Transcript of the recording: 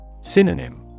Synonym